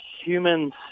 humans